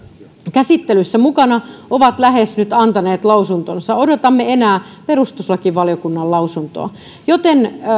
käsittelyssä mukana ovat nyt antaneet lausuntonsa odotamme enää perustuslakivaliokunnan lausuntoa joten